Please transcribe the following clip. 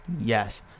yes